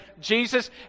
Jesus